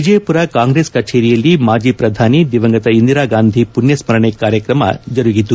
ವಿಜಯಪುರ ಕಾಂಗ್ರೆಸ್ ಕಚೇರಿಯಲ್ಲಿ ಮಾಜಿ ಪ್ರಧಾನಿ ದಿವಂಗತ ಇಂದಿರಾಗಾಂಧಿ ಪುಣ್ಯಸ್ಕರಣೆ ಕಾರ್ಯಕ್ರಮ ಜರುಗಿತು